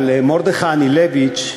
אבל מרדכי אנילביץ'